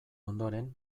ondoren